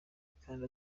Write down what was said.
kandi